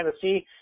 Tennessee